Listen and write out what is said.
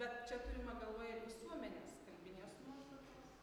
bet čia turima galvoje visuomenės kalbinės nuostatos